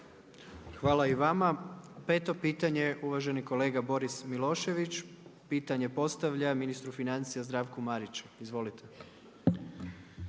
Hvala i vama. 5. pitanje, uvaženi kolega Boris Milošević, pitanje postavlja ministru financija Zdravku Mariću, izvolite.